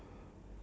ya